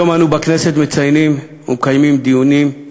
היום אנו בכנסת מציינים ומקיימים דיונים,